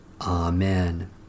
Amen